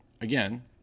Again